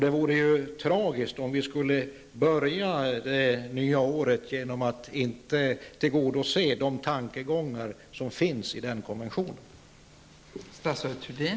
Det vore tragiskt om vi skulle börja det nya året med att inte tillgodose de tankegångar som finns i den konventionen.